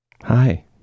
Hi